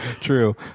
true